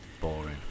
Boring